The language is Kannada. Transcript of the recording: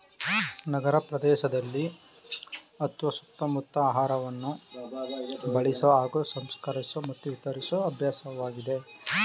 ನಗರಪ್ರದೇಶದಲ್ಲಿ ಅತ್ವ ಸುತ್ತಮುತ್ತ ಆಹಾರವನ್ನು ಬೆಳೆಸೊ ಹಾಗೂ ಸಂಸ್ಕರಿಸೊ ಮತ್ತು ವಿತರಿಸೊ ಅಭ್ಯಾಸವಾಗಿದೆ